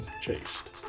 chased